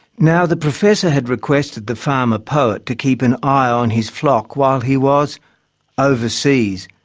now the professor had requested the farmer poet to keep an eye on his flock while he was ah overseas,